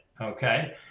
Okay